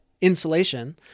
insulation